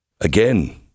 Again